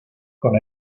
con